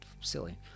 silly